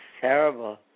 terrible